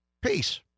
Peace